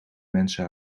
mensen